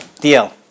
Deal